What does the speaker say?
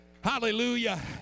hallelujah